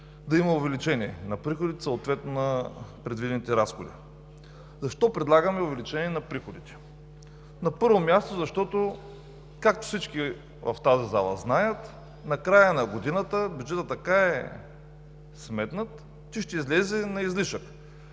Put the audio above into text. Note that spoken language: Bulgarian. да има увеличение на приходите, съответно на предвидените разходи. Защо предлагаме увеличение на приходите? На първо място, защото, както всички в тази зала знаят, накрая на годината бюджетът така е сметнат, че ще излезе на излишък.